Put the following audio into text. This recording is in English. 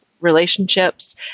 relationships